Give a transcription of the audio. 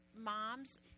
moms